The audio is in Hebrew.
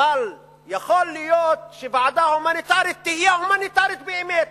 אבל יכול להיות שוועדה הומניטרית תהיה הומניטרית באמת,